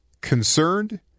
Concerned